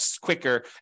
quicker